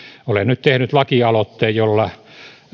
olen nyt tehnyt lakialoitteen jolla